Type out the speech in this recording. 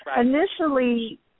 initially